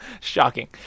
Shocking